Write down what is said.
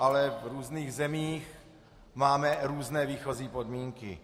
Ale v různých zemích máme různé výchozí podmínky.